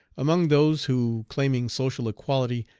among those who, claiming social equality,